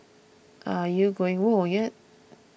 are you going whoa yet